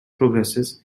progresses